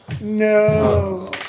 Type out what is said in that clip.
No